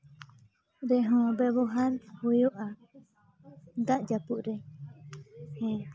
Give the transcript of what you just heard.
ᱨᱮᱦᱚᱸ ᱵᱮᱵᱚᱦᱟᱨ ᱦᱩᱭᱩᱜᱼᱟ ᱫᱟᱜ ᱡᱟᱹᱯᱩᱫ ᱨᱮ